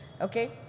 Okay